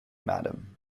madam